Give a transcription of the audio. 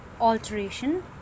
alteration